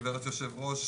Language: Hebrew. יושבת הראש,